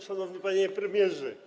Szanowny Panie Premierze!